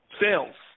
sales